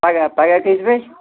پگاہ پگاہ کٔژِ بجہ